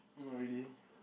not really eh